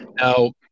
Now